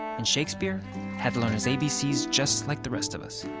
and shakespeare had to learn his abcs just like the rest of us.